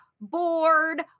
bored